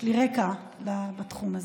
יש לי רקע בתחום הזה.